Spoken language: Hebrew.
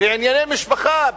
בענייני משפחה,